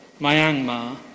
Myanmar